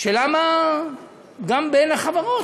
שגם בין החברות,